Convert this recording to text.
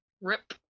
Rip